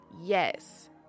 Yes